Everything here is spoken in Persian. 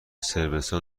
صربستان